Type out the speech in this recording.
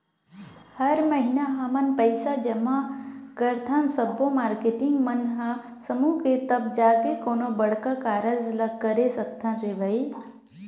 हर महिना हमन पइसा जमा करथन सब्बो मारकेटिंग मन ह समूह के तब जाके कोनो बड़का कारज ल करे सकथन रे भई